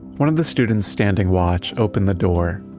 one of the students standing watch, opened the door.